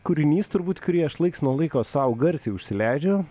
kūrinys turbūt kurį aš laiks nuo laiko sau garsiai užsileidžiu